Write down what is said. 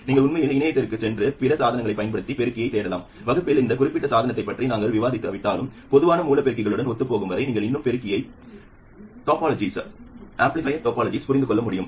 நீங்கள் உண்மையில் இணையத்திற்குச் சென்று பிற சாதனங்களைப் பயன்படுத்தி பெருக்கியைத் தேடலாம் வகுப்பில் அந்தக் குறிப்பிட்ட சாதனத்தைப் பற்றி நாங்கள் விவாதிக்காவிட்டாலும் பொதுவான மூல பெருக்கிகளுடன் ஒத்துப்போகும் வரை நீங்கள் இன்னும் பெருக்கி டோபாலஜிகளைப் புரிந்து கொள்ள முடியும்